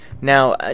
Now